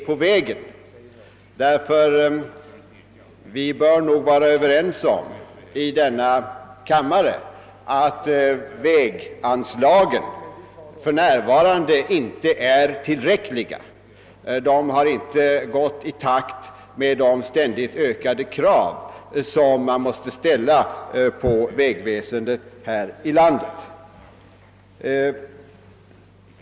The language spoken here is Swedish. Vi kan väl alla i denna kammare vara ense om att väganslagen för närvarande är otillräckliga. De har inte ökat i takt med de ständigt stegrade krav som ställes på vägväsendet här i landet.